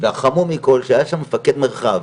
והחמור מכל שהיה שם מפקד מרחב,